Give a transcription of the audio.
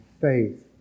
faith